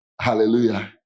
Hallelujah